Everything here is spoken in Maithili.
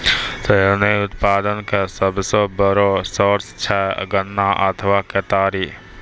चीनी उत्पादन के सबसो बड़ो सोर्स छै गन्ना अथवा केतारी